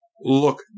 look